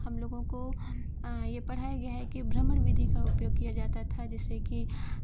हम लोगों को ये पढ़ाया गया है कि भ्रमण विधि का उपयोग किया जाता था जिससे कि